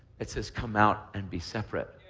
it says come out and be separate.